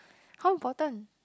how important